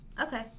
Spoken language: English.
Okay